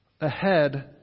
ahead